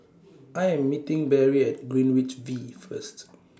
I Am meeting Barrie At Greenwich V First